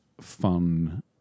fun